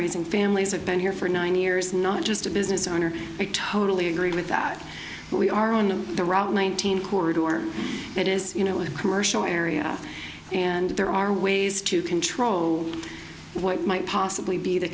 raising families i've been here for nine years not just a business owner i totally agree with that we are on the route one thousand corridor that is you know a commercial area and there are ways to control what might possibly be the